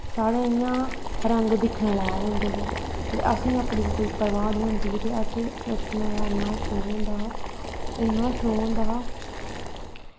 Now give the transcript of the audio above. साढ़े इ'यां रंग दिक्खने दे लायक होंदे हे ते असें ई अपनी कोई परबाह् निं होंदी ही ते असें ई नच्चने दा इन्ना शौंक होंदा हा इन्ना शौक होंदा हा